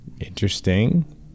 interesting